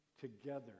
together